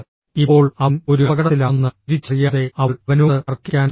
ഇപ്പോൾ അവൻ ഒരു അപകടത്തിലാണെന്ന് തിരിച്ചറിയാതെ അവൾ അവനോട് തർക്കിക്കാൻ തുടങ്ങുന്നു